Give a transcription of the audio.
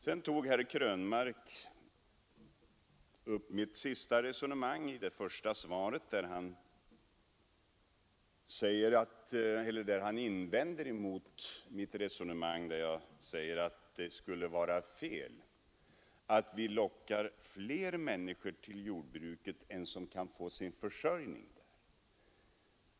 Herr Krönmark invände mot det avslutande resonemanget i mitt förra inlägg, där jag sade att det skulle vara fel att locka fler människor till jordbruket än som kan få sin försörjning där.